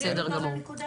בסדר גמור.